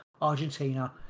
Argentina